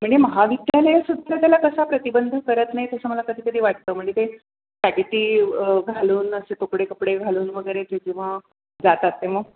म्हणजे महाविद्यालयं सुद्धा त्याला कसा प्रतिबंध करत नाही आहेत असं मला कधी कधी वाटतं म्हणजे ते घालून असं कपडे कपडे घालून वगैरे जेव्हा जातात तेव्हा